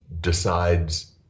decides